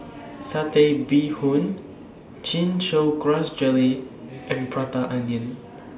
Satay Bee Hoon Chin Chow Grass Jelly and Prata Onion